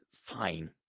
fine